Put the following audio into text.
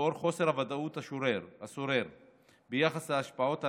לנוכח חוסר הוודאות השורר ביחס להשפעות הנגיף,